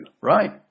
right